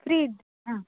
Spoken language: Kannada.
ಫ್ರೀ ಇದೆ ಹಾಂ